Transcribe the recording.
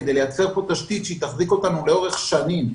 כדי לייצר פה תשתית שתחזיק אותנו לאורך שנים,